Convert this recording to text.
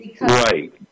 Right